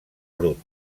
brut